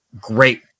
Great